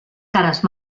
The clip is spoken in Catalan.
cares